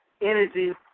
energy